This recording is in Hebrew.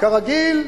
כרגיל,